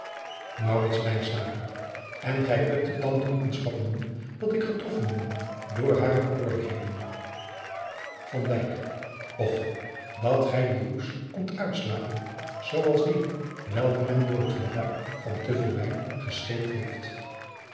en gij kunt het dan dronkenschap noemen dat ik getroffen ben door hare bekoorlijkheden van dijk och dat gij dien roes kondt uitslapen zoo als dien welken men door het gebruik van te veel wijn gescheept heeft